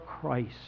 Christ